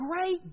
great